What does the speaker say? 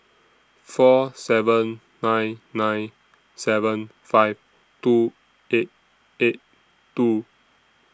four seven nine nine seven five two eight eight two